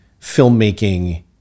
filmmaking